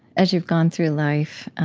as you've gone through life,